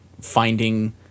finding